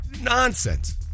Nonsense